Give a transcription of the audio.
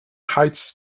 heights